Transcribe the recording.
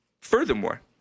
furthermore